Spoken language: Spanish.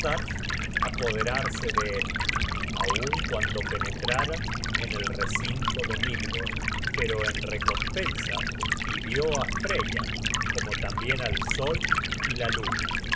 apoderarse de él aun cuando penetraran en el recinto de midgord pero en recompensa pidió á freya como tambien al sol y la luna